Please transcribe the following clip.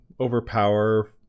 overpower